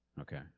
Okay